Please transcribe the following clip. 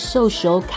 Social